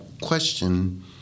question